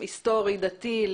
מוקד היסטורי ודתי.